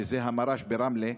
שזה המר"ש ברמלה.